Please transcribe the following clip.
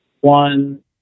one